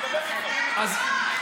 אנחנו ביקשנו דחייה,